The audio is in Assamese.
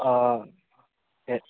অ'